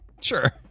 sure